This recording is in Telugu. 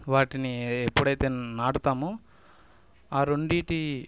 వాటిని ఎప్పుడైతే నాటుతామో ఆ రెండిటి